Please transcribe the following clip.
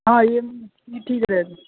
ہاں یہ یہ ٹھیک رہے گا